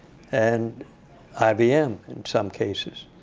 and ibm, in some cases.